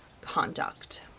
conduct